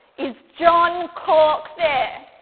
is john cork there?